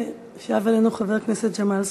ושב אלינו חבר הכנסת ג'מאל זחאלקה.